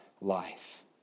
life